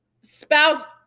spouse